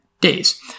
days